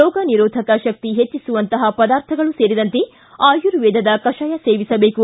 ರೋಗನಿರೋಧಕ ಶಕ್ತಿ ಹೆಚ್ಚಿಸುವಂತಹ ಪದಾರ್ಥಗಳು ಸೇರಿದಂತೆ ಆಯುರ್ವೇದದ ಕಷಾಯ ಸೇವಿಸಬೇಕು